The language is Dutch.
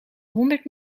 honderd